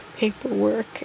paperwork